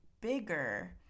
bigger